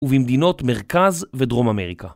ובמדינות מרכז ודרום אמריקה.